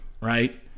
right